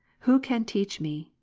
who can teach me,